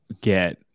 get